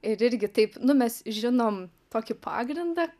ir irgi taip nu mes žinom tokį pagrindą